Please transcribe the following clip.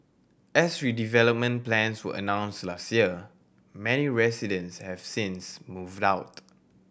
as redevelopment plans were announced last year many residents have since moved out